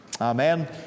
Amen